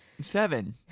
Seven